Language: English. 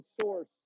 source